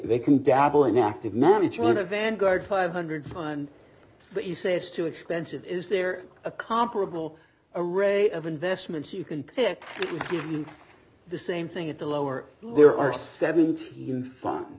they can dabble in active management or vanguard five hundred fine but you say it's too expensive is there a comparable a ray of investment you can pick the same thing at the lower there are seventeen f